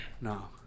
No